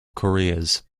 careers